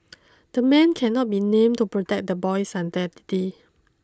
the man cannot be named to protect the boy's identity